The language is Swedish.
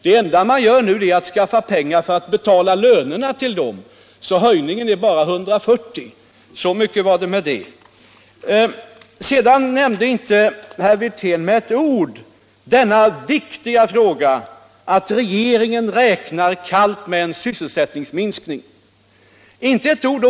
Det enda man nu gör är att skaffa pengar för att betala lönerna till dem. Ökningen är alltså bara 140. Så var det med det. Herr Wirtén nämnde inte med ett ord den viktiga omständigheten att regeringen kallt räknar med en sysselsättningsminskning.